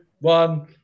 one